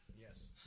Yes